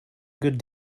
good